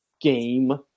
game